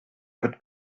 could